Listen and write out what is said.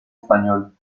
español